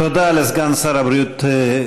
תודה לסגן שר הבריאות.